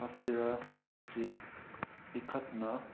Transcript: ꯑꯁꯤꯔ ꯑꯁꯤ ꯑꯩꯈꯛꯅ